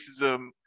racism